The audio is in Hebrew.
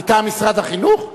מטעם משרד החינוך?